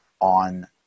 on